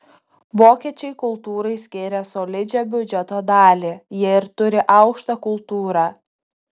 vokiečiai kultūrai skiria solidžią biudžeto dalį jie ir turi aukštą kultūrą